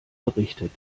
berichtet